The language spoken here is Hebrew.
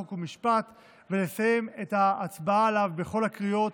חוק ומשפט ולסיים את ההצבעה עליה בכל הקריאות